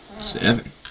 Seven